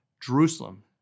Jerusalem